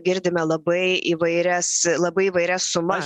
girdime labai įvairias labai įvairias sumas